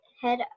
head